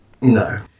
no